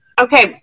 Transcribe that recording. Okay